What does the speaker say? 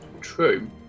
True